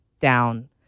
down